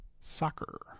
Soccer